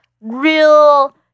real